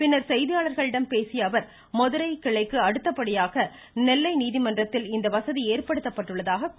பின்னர் செய்தியாளர்களிடம் பேசிய அவர் மதுரை கிளைக்கு அடுத்தபடியாக நெல்லை நீதிமன்றத்தில் இந்த வசதி ஏற்படுத்தப்பட்டுள்ளதாக கூறினார்